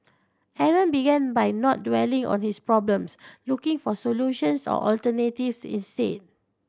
Aaron began by not dwelling on his problems looking for solutions or alternatives instead